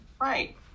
Right